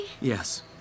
Yes